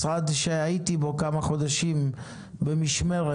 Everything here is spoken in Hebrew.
משרד שהייתי בו כמה חודשים במשמרת,